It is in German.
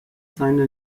seine